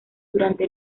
durante